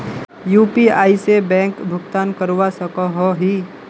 UPI से bank भुगतान करवा सकोहो ही?